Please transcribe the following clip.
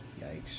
Yikes